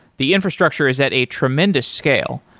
the infrastructure is at a tremendous scale.